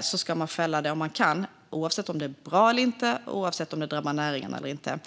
ska ni fälla det om ni kan - oavsett om det är bra eller inte och oavsett om det drabbar näringen eller inte.